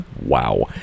Wow